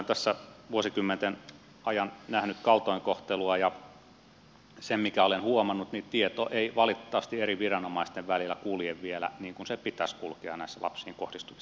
olen vuosikymmenten ajan nähnyt kaltoinkohtelua ja olen huomannut että tieto ei valitettavasti eri viranomaisten välillä kulje vielä niin kuin sen pitäisi kulkea näissä lapsiin kohdistuvissa asioissa